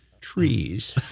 Trees